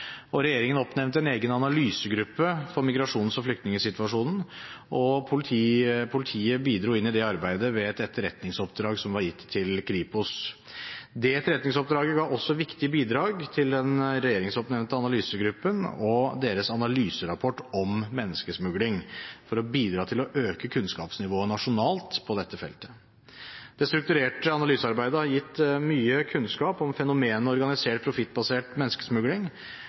og regjeringen oppnevnte en egen analysegruppe for migrasjons- og flyktningsituasjonen. Politiet bidro inn i det arbeidet med et etterretningsoppdrag som var gitt til Kripos. Det etterretningsoppdraget ga også et viktig bidrag til den regjeringsoppnevnte analysegruppen og deres analyserapport om menneskesmugling for å bidra til å øke kunnskapsnivået nasjonalt på dette feltet. Det strukturerte analysearbeidet har gitt mye kunnskap om fenomenet organisert profittbasert menneskesmugling.